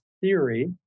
theory